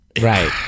Right